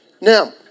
Now